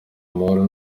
amahoro